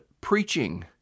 preaching